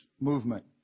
Movement